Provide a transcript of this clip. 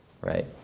right